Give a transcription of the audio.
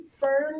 burn